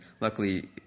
luckily